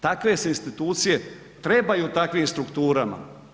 Takve se institucije trebaju takvim strukturama.